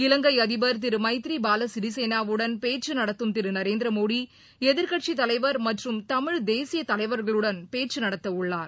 இலங்கைஅதிபர் திருமைத்ரிபாலசிறிசேனாவுடன் பேச்சுநடத்தும் திருநரேந்திரமோடிஎதிர்க்கட்சிதலைவர் மற்றும் தமிழ் தேசியதலைவர்களுடன் பேச்சுநடத்தவுள்ளார்